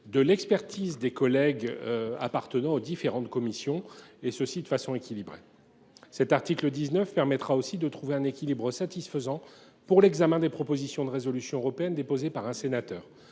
de l’expertise des collègues appartenant aux différentes commissions, et ce de façon équilibrée. L’article 19 permettra aussi de trouver un équilibre satisfaisant pour l’examen des propositions de résolution européenne (PPRE) déposées par un sénateur.